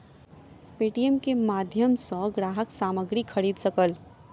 Paytm के माध्यम सॅ ग्राहक सामग्री खरीद सकल